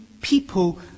people